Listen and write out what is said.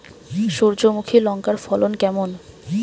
সূর্যমুখী লঙ্কার ফলন কেমন?